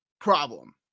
problem